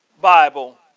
Bible